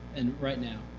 and right now.